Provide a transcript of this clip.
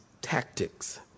tactics